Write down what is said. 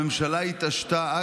הזאת הממשלה התעשתה.